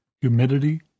humidity